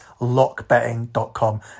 LockBetting.com